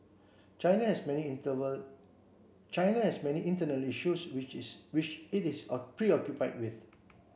China has many China has many internal issues which is which it is a preoccupied with